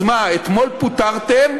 אז מה, אתמול פוטרתם,